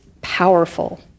powerful